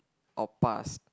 our past